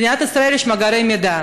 במדינת ישראל יש מאגרי מידע,